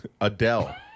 Adele